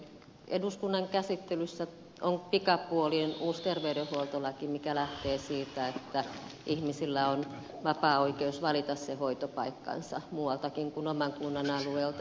eduskunnan käsittelyssä on pikapuoliin uusi terveydenhuoltolaki mikä lähtee siitä että ihmisillä on vapaa oikeus valita se hoitopaikkansa muualtakin kuin oman kunnan alueelta